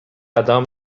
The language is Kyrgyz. адам